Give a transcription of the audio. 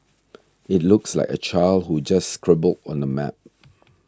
it looks like a child who just scribbled on the map